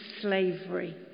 slavery